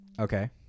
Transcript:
Okay